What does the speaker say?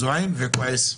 זועם וכועס.